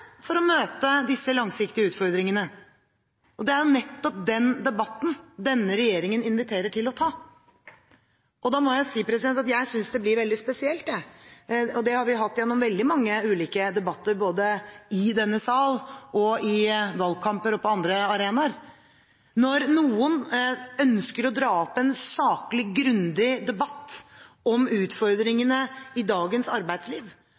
for å møte disse langsiktige utfordringene. Og det er nettopp den debatten denne regjeringen inviterer til å ta. Da må jeg si at jeg synes det blir veldig spesielt – og slik har det vært gjennom veldig mange ulike debatter, både i denne sal, i valgkamper og på andre arenaer – at når noen ønsker å dra opp en saklig, grundig debatt om utfordringene i dagens arbeidsliv